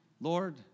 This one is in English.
Lord